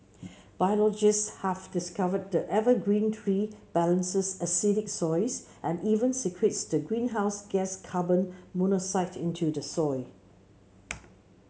biologists have discovered the evergreen tree balances acidic soils and even secretes the greenhouse gas carbon monoxide into the soil